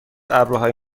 ابروهای